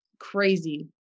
crazy